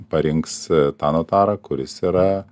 parinks tą notarą kuris yra